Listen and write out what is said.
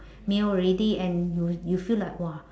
meal already and you you feel like !wah!